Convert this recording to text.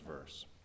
verse